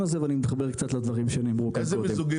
הזה ואני מתחבר קצת לדברים שנאמרו כאן קודם.